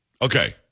Okay